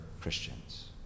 Christians